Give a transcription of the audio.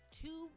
two